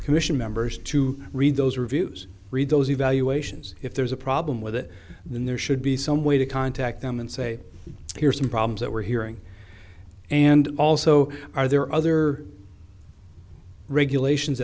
commission members to read those reviews read those evaluations if there's a problem with it then there should be some way to contact them and say here's some problems that we're hearing and also are there other regulations